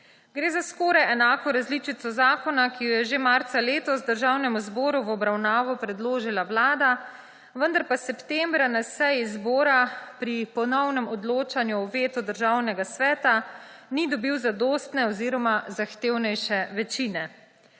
Gre za skoraj enako različico zakona, kot jo je že marca letos Državnemu zboru v obravnavo predložila Vlada, vendar pa septembra na seji zbora pri ponovnem odločanju o vetu Državnega sveta ni dobil zadostne oziroma zahtevnejše večine.